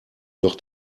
doch